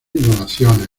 donaciones